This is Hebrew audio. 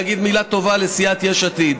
להגיד מילה טובה לסיעת יש עתיד.